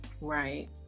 Right